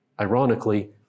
ironically